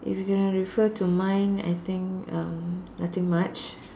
if you gonna refer to mine I think um nothing much